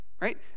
right